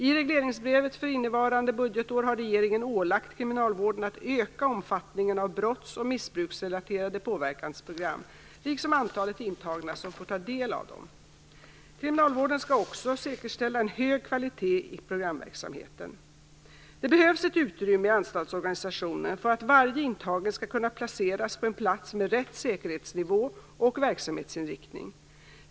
I regleringsbrevet för innevarande budgetår har regeringen ålagt kriminalvården att öka omfattningen av brotts och missbruksrelaterade påverkansprogram, liksom antalet intagna som får ta del av dem. Kriminalvården skall också säkerställa en hög kvalitet i programverksamheten. Det behövs ett utrymme i anstaltsorganisationen för att varje intagen skall kunna placeras på en plats med rätt säkerhetsnivå och verksamhetsinriktning.